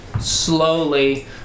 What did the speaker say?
slowly